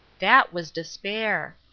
that was despair.